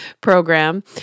program